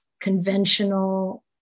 conventional